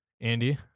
Andy